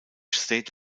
state